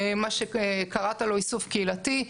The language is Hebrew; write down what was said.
מה שקראת לו איסוף קהילתי.